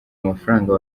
amafaranga